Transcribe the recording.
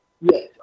Yes